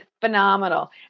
phenomenal